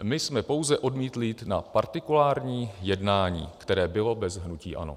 My jsme pouze odmítli jít na partikulární jednání, které bylo bez hnutí ANO.